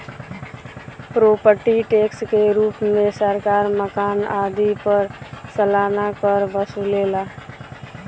property tax के रूप में सरकार मकान आदि पर सालाना कर वसुलेला